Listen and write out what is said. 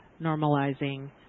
normalizing